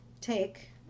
take